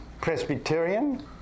Presbyterian